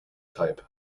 type